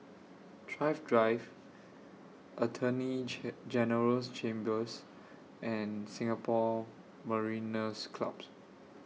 Thrift Drive Attorney General's Chambers and Singapore Mariners' Clubs